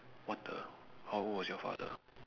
what the how old was your father